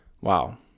Wow